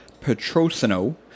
Petrosino